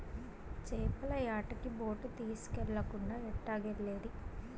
చేపల యాటకి బోటు తీస్కెళ్ళకుండా ఎట్టాగెల్లేది